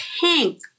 pink